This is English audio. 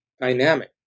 dynamic